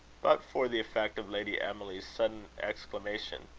but for the effect of lady emily's sudden exclamation.